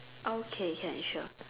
okay can sure